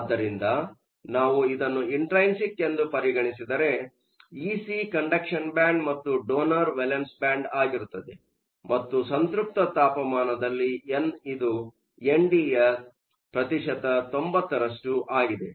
ಆದ್ದರಿಂದ ನಾವು ಇದನ್ನು ಇಂಟ್ರೈನ್ಸಿಕ್ ಎಂದು ಪರಿಗಣಿಸಿದರೆ ಇಸಿ ಕಂಡಕ್ಷನ್ ಬ್ಯಾಂಡ್ ಮತ್ತು ಡೊನರ್ ವೇಲೆನ್ಸ್ ಬ್ಯಾಂಡ್ ಆಗಿರುತ್ತದೆ ಮತ್ತು ಸಂತ್ರಪ್ತ ತಾಪಮಾನದಲ್ಲಿ ಎನ್ ಇದು ND ಯ 90 ರಷ್ಟು ಆಗಿದೆ